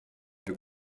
più